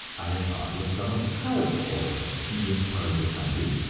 i have talked with some of the college boys in this part of the country,